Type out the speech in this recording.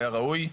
היה ראוי.